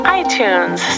itunes